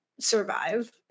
survive